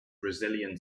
brazilian